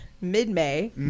mid-May